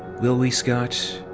will we, scott?